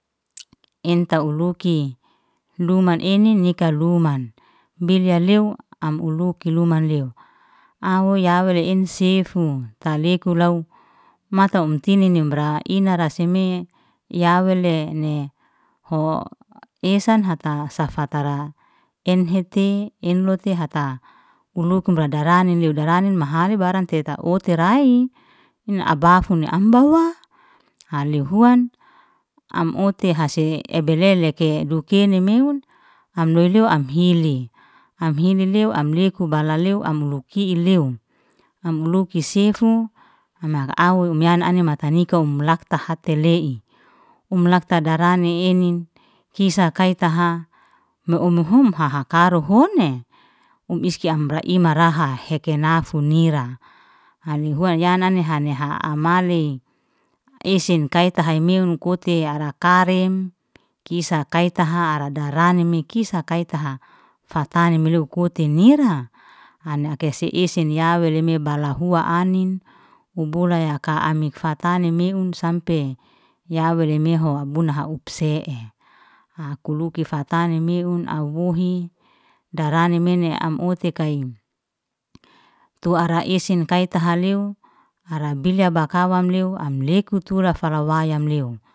In ta uluki luman enin nikaa luman bilya lew am uluki luman lew, au ya wele ensefu ta leku law, mata um tinini amra inara si me ya weleneho esan hata safata ra enhete enlooti hata ulukum radarani lew darani mahani barang te teta oti rai, in abafum am bahua. haleu huan am uti hase ebelele leke dukini meun am loy huan am hili, am hili liu am leku balaleu am huluki lew, am huluki sefe ama au emaya anin mata nika um hakta hati le'i, um lakta darani enin kisa` kaitaha mu'um mu'um hahakaru huanne, um iski amra ai imraha heke nafu nira, hani huan yanani hane ha amale, esen tai taha emeun kote ara karim kisa kai taha ara daranime kisa taha fatani meleo kote nira anha kese esen ya wele me bala hua anin, um bula yaka amik fatani meun sampe ya weley mehu abuna ha upse'e, kuliki fatani meun au muhi darani mene am uti kai tu ara isin kai tahaleo ara bilya ya bakawam lew am leku tura falawam lew.